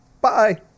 Bye